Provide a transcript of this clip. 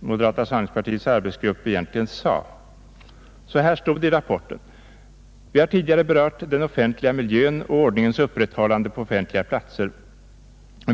moderata samlingspartiets arbetsgrupp egentligen sade. Det stod så här i rapporten: ”Vi har tidigare berört den offentliga miljön och ordningens upprätthållande på offentliga platser.